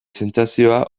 sentsazioa